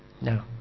no